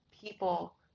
people